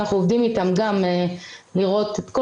אנחנו גם עובדים איתם לראות את כל